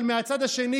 אבל מהצד השני,